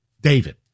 David